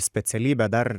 specialybę dar